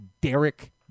Derek